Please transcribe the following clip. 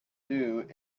due